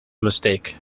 mistake